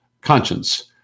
Conscience